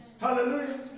Hallelujah